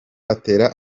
atera